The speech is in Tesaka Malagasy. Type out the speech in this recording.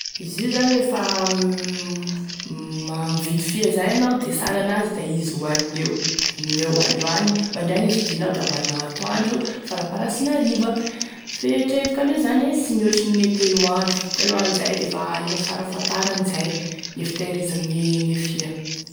Izy io zany lefa ma mividy fia zay anao da e sara an'azy da izy hoanigny eo amign' eo androany mandraigny izy vidinao da hoaninao atoandro farafarasiny hariva, fieritreretako an'io zany sy mihoatry gne telo andro telo andro zay de efa farafahatarany izay gne fitehirizagny gne fia.